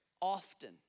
often